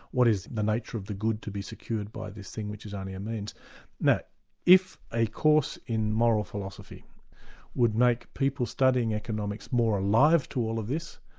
what is the nature of the good to be secured by this thing which is only a means if a course in moral philosophy would make people studying economics more alive to all of this,